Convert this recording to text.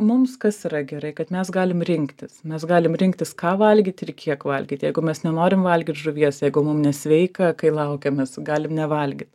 mums kas yra gerai kad mes galim rinktis mes galim rinktis ką valgyt ir kiek valgyt jeigu mes nenorim valgyt žuvies jeigu mum nesveika kai laukiamės galim nevalgyt